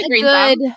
good